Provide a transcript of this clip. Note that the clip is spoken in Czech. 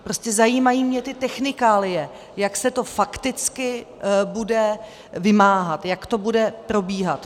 Prostě mě zajímají ty technikálie, jak se to fakticky bude vymáhat, jak to bude probíhat.